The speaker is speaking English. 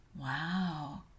wow